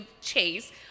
Chase